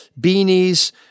beanies